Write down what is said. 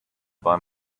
buy